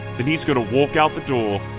then he's gonna walk out the door.